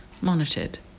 monitored